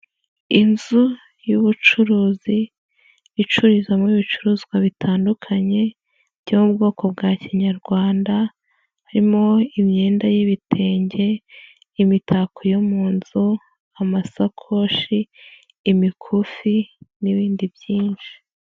Inzu y'ubucuruzi, icururizwamo ibicuruzwa bitandukanye byo mu bwoko bwa kinyarwanda, harimo imyenda y'ibitenge, imitako yo mu nzu, amasakoshi, imikufi n'ibindi byinshi.